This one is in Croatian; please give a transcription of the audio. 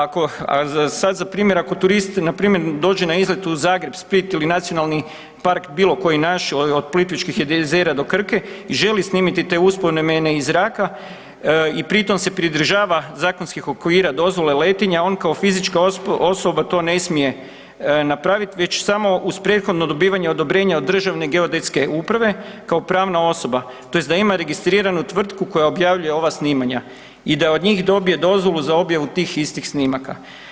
A sad za primjer, ako turist npr. dođe na izlet u Zagreb, Split ili nacionalni park bilokoji naš, od Plitvičkih jezera do Krke, i želi snimiti te uspomene iz zraka, i pritom se pridržava zakonskih okvira i dozvola letenja, on kao fizička osoba to ne smije napraviti već samo uz prethodno dobivanje odobrenja od Državne geodetske uprave kao pravna osoba, tj. da ima registriranu tvrtku koja objavljuje ova snimanja i da od njih dobije dozvolu tih istih snimaka.